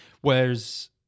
Whereas